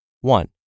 one